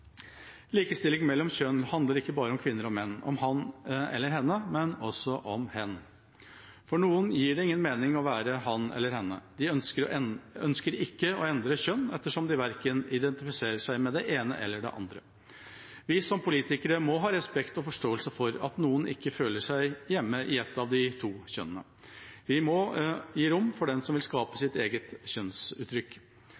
Likestilling mellom kjønn handler ikke bare om kvinner og menn, om han eller henne, men også om hen. For noen gir det ingen mening å være han eller henne. De ønsker ikke å endre kjønn, ettersom de verken identifiserer seg med det ene eller det andre. Vi som politikere må ha respekt og forståelse for at noen ikke føler seg hjemme i ett av de to kjønnene. Vi må gi rom for den som vil skape